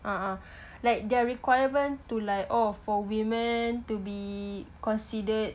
like their requirement to like oh for women to be considered